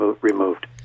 removed